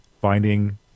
finding